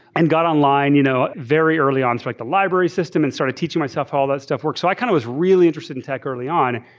and got online you know very early on. so, it's like the library system and started teaching myself all that stuff work. so i kind of was really interested in tech early on,